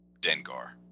Dengar